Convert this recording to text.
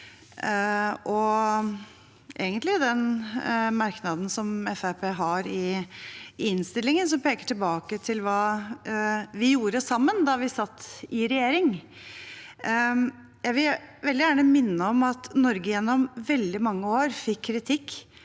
har i innstillingen, som peker tilbake til hva vi gjorde sammen da vi satt i regjering: Jeg vil veldig gjerne minne om at Norge gjennom veldig mange år fikk kritikk